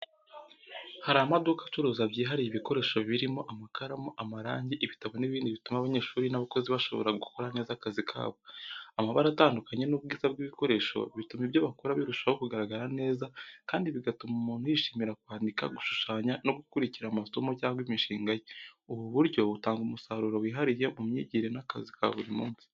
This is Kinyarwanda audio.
Hari amaduka acuruza byihariye ibikoresho birimo amakaramu, amarangi, ibitabo n’ibindi bituma abanyeshuri n’abakozi bashobora gukora neza akazi kabo. Amabara atandukanye n’ubwiza bw’ibikoresho bituma ibyo bakora birushaho kugaragara neza kandi bigatuma umuntu yishimira kwandika, gushushanya no gukurikira amasomo cyangwa imishinga ye. Ubu buryo butanga umusaruro wihariye mu myigire n’akazi ka buri munsi.